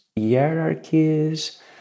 hierarchies